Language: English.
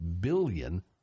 billion